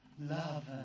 love